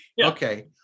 Okay